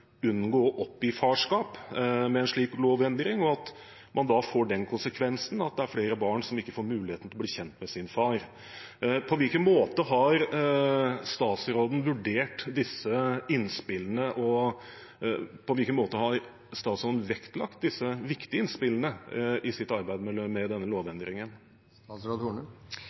unngå å oppgi farskap med en slik lovendring, og at det får den konsekvensen at det er flere barn som ikke får mulighet til å bli kjent med sin far. På hvilken måte har statsråden vurdert disse innspillene, og på hvilken måte har statsråden vektlagt disse viktige innspillene i sitt arbeid med denne lovendringen?